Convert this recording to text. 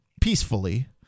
peacefully